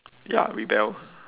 ya rebel